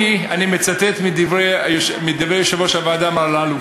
אני מצטט מדברי יושב-ראש הוועדה מר אלאלוף: